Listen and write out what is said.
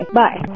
bye